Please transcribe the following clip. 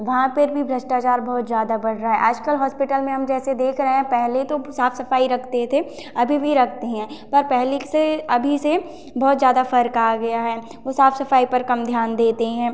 वहाँ पर भी भ्रष्टाचार बहोत ज्यादा बढ़ रहा है आजकल हॉस्पिटल में हम जैसे देख रहे हैं पहले तो साफ सफाई रखते थे अभी भी रखते हैं पर पहले से अभी से बहुत ज़्यादा फर्क आ गया है साफ सफाई पर कम ध्यान देते हैं